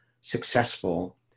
successful